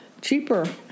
cheaper